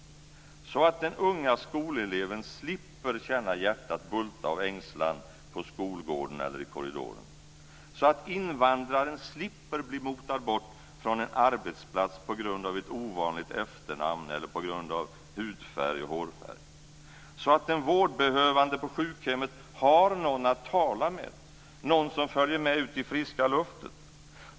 Så att den unga skoleleven slipper känna hjärtat bulta av ängslan på skolgården eller i korridoren. Så att invandraren slipper bli motad bort från en arbetsplats på grund av ett ovanligt efternamn eller på grund av hudfärg och hårfärg. Så att den vårdbehövande på sjukhemmet har någon att tala med, någon som följer med ut i friska luften.